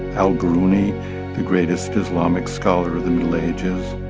al-biruni the greatest islamic scholar of the middle ages.